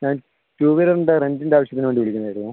ഞാൻ ടു വീലറിൻ്റ റെൻ്റിൻ്റെ ആവശ്യത്തിനു വേണ്ടി വിളിക്കുന്ന ആയിരുന്നു